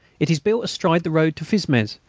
it is built astride the road to fismes,